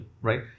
right